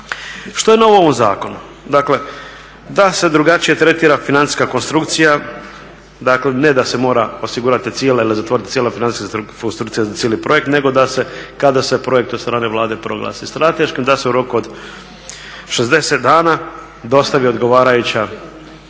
Što je novo u ovom zakonu? Dakle da se drugačije tretira financijska konstrukcija, dakle ne da se mora osigurati cijela ili zatvoriti cijela financijska konstrukcija za cijeli projekt nego da se kada se projekt od strane Vlade proglasi strateškim da se u roku od 60 dana dostavi odgovarajući